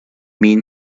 mean